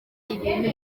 ibintu